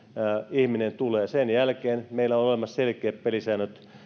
ihminen tulee sen jälkeen meillä on olemassa selkeät pelisäännöt